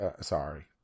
sorry